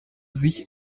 sich